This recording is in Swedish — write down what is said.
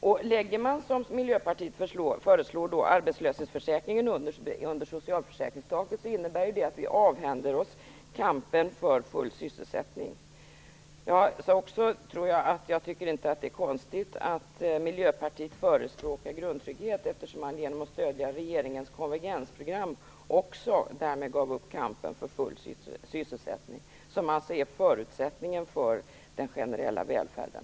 Om man lägger arbetslöshetsförsäkringen under socialförsäkringstaket, som Miljöpartiet föreslår, innebär det att vi avhänder oss kampen för full sysselsättning. Jag sade också att jag inte tycker att det är konstigt att Miljöpartiet förespråkar grundtrygghet, eftersom man genom att stödja regeringens konvergensprogram därmed också gav upp kampen för full sysselsättning, som alltså är förutsättningen för den generella välfärden.